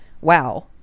wow